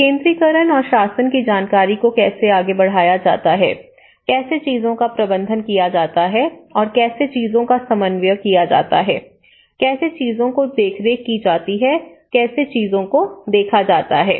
विकेंद्रीकरण और शासन की जानकारी को कैसे आगे बढ़ाया जाता है कैसे चीजों का प्रबंधन किया जाता है और कैसे चीजों का समन्वय किया जाता है कैसे चीजों की देखरेख की जाती है कैसे चीजों को देखा जाता है